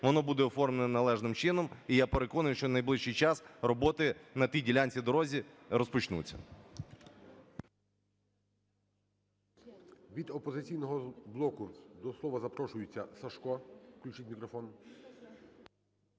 Воно буде оформлене належним чином, і я переконаний, що в найближчий час роботи на тій ділянці дороги розпочнуться.